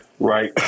Right